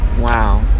Wow